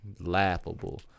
laughable